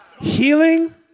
Healing